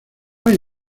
hay